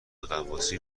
غواصی